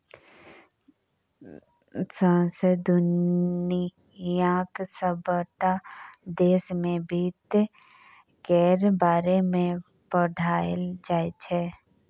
सौंसे दुनियाक सबटा देश मे बित्त केर बारे मे पढ़ाएल जाइ छै